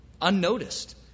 unnoticed